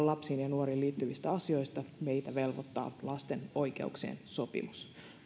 lapsiin ja nuoriin liittyvistä asioista meitä velvoittaa lasten oikeuksien sopimus